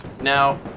now